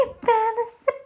fantasy